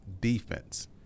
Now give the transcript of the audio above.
defense